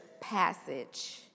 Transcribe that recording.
passage